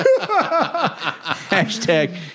Hashtag